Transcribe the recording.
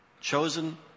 Chosen